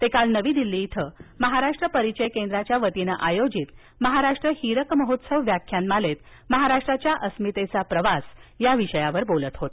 ते कालनवी दिल्ली इथं महाराष्ट्र परिचय केंद्राच्या वतीनं आयोजित महाराष्ट्र हीरक महोत्सव व्याख्यानमालेत महाराष्ट्राच्या अस्मितेचा प्रवास या विषयावर बोलत होते